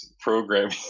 programming